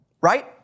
Right